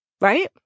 right